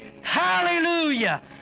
Hallelujah